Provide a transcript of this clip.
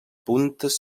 puntes